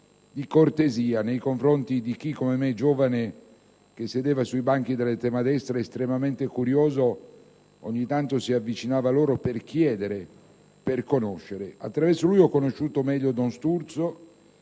e cortesia nei confronti di chi, come me - giovane che sedeva tra i banchi dell'estrema destra ed estremamente curioso - ogni tanto si avvicinava loro per chiedere e conoscere. Attraverso lui, ho conosciuto meglio don Sturzo